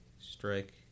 Strike